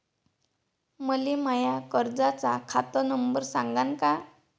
मले माया कर्जाचा खात नंबर सांगान का?